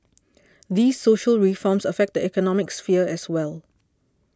these social reforms affect the economic sphere as well